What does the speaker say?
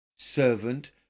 Servant